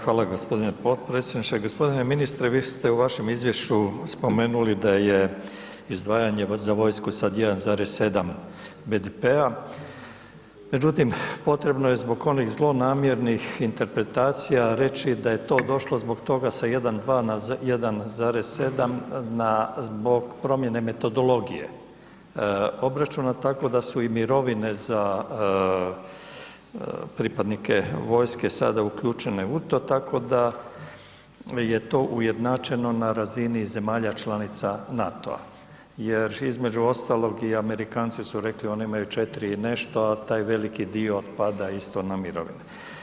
Hvala g. potpredsjedniče. g. Ministre, vi ste u vašem izvješću spomenuli da je izdvajanje za vojsku sad 1,7 BDP-a, međutim, potrebno je zbog onih zlonamjernih interpretacija reći da je to došlo zbog toga sa 1,2 na 1,7 zbog promjene metodologije obračuna, tako da su i mirovine za pripadnike vojske sada uključene u to, tako da je to ujednačeno na razini zemalja članica NATO-a jer između ostalog i Amerikanci su rekli, oni imaju 4 i nešto, a taj veliki dio otpada isto na mirovine.